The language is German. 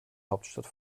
hauptstadt